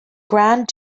grand